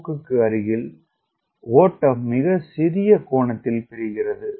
மூக்குக்கு அருகில் ஓட்டம் மிகச் சிறிய கோணத்தில் பிரிக்கிறது